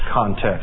context